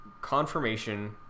confirmation